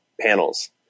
panels